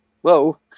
whoa